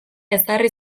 ezarri